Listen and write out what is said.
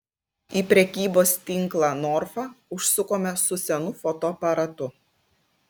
į prekybos tinklą norfa užsukome su senu fotoaparatu